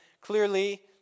clearly